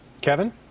Kevin